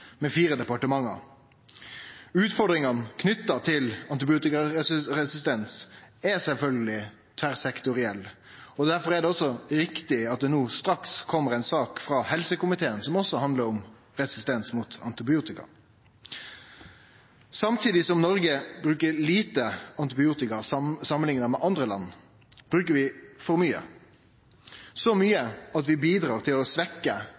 Utfordringane knytte til antibiotikaresistens er sjølvsagt tverrsektorielle. Derfor er det også riktig at det no straks kjem ei sak frå helsekomiteen som også handlar om resistens mot antibiotika. Samtidig som Noreg brukar lite antibiotika samanlikna med andre land, brukar vi for mykje – så mykje at vi bidreg til å